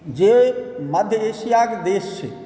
जे मध्य एशियाके देश छै